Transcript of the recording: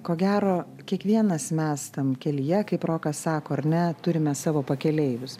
ko gero kiekvienas mes tam kelyje kaip rokas sako ar ne turime savo pakeleivius